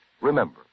Remember